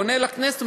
פנה לכנסת,